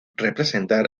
representar